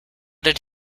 did